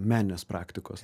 meninės praktikos